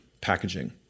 packaging